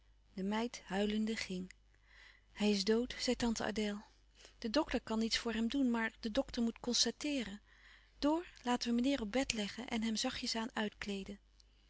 de meid huilende ging hij is dood zei tante adèle de dokter kan niets voor hem doen maar de dokter moet constateeren door laten we meneer op bed leggen en hem zachtjes-aan uitkleeden